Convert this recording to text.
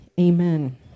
Amen